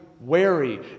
wary